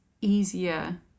easier